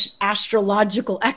astrological